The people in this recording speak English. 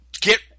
Get